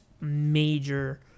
major